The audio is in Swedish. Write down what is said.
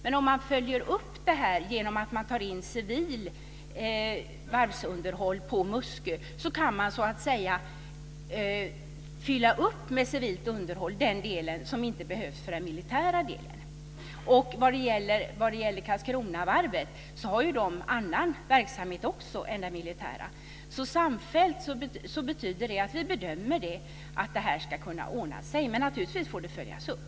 Men om man följer upp detta genom att man tar in civilt varvsunderhåll på Muskö, så kan man så att säga fylla upp den delen som inte behövs för den militära delen med civilt underhåll. Och Karlskronavarvet har ju också annan verksamhet än den militära. Sammantaget betyder detta att vi bedömer att detta ska kunna ordna sig. Men naturligtvis får det följas upp.